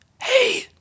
hey